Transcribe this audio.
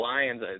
Lions